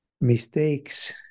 mistakes